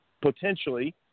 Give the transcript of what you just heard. potentially